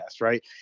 right